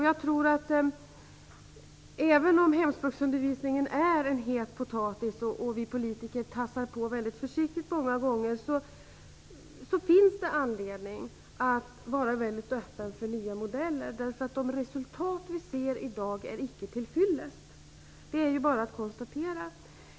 Jag tror att även om hemspråksundervisningen är en het potatis som vi politiker tassar runt väldigt försiktigt många gånger, så finns det anledning att vara öppen för nya modeller. De resultat vi ser i dag är nämligen icke tillfyllest - det är bara att konstatera.